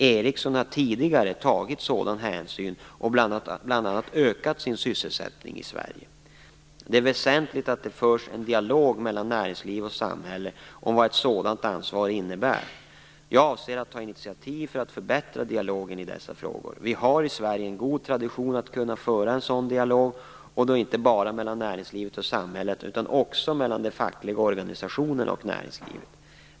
Ericsson har tidigare tagit sådana hänsyn och bl.a. ökat sin sysselsättning i Sverige. Det är väsentligt att det förs en dialog mellan näringsliv och samhälle om vad ett sådant ansvar innebär. Jag avser att ta initiativ för att förbättra dialogen i dessa frågor. Vi har i Sverige en god tradition att kunna föra en sådan dialog - då inte bara mellan näringslivet och samhället, utan också mellan fackliga organisationer och näringslivet.